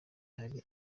hari